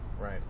Right